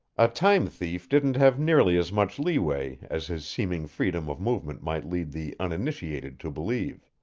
a time-thief didn't have nearly as much leeway as his seeming freedom of movement might lead the uninitiated to believe.